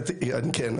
כן,